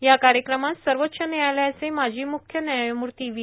या कार्यक्रमास सर्वोच्च न्यायालयाचे माजी म्ख्य न्यायम्ती व्ही